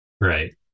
right